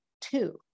two